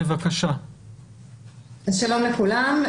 שלום לכולם.